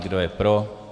Kdo je pro?